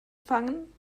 fangen